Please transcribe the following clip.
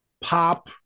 pop